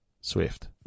Swift